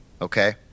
Okay